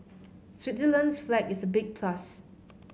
Switzerland's flag is a big plus